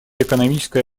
экономической